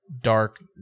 dark